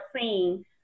seeing